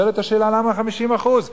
נשאלת השאלה, למה 50%?